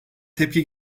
tepki